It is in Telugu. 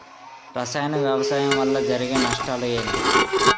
రసాయన వ్యవసాయం వల్ల జరిగే నష్టాలు ఏంటి?